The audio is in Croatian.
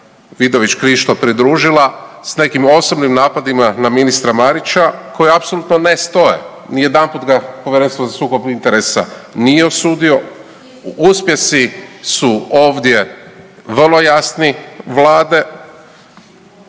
Vidović Krišto pridružila s nekim osobnim napadima na ministra Marića koji apsolutno ne stoje. Ni jedanput ga Povjerenstvo za sukob interesa nije osudio, uspjesi su ovdje vrlo jasni vlade